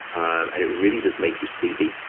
um and it really does make you sleepy.